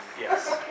Yes